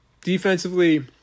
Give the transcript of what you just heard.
defensively